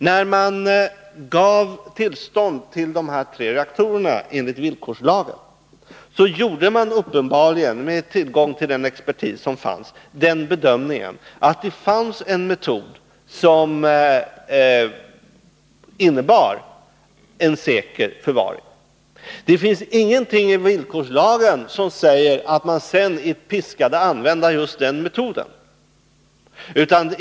När man gav tillstånd att starta de här tre reaktorerna enligt villkorslagen gjorde man uppenbarligen, med tillgång till den expertis som fanns, den bedömningen att det fanns en metod som innebar en säker förvaring. Det finns ingenting i villkorslagen som säger att man sedan är piskad att använda just den metoden.